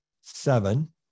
seven